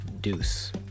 deuce